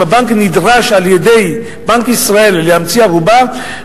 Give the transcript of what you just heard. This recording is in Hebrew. אם הבנק נדרש על-ידי בנק ישראל להמציא ערובה,